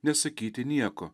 nesakyti nieko